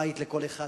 בית לכל אחד,